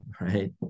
right